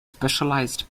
specialized